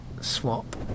swap